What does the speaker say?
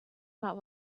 not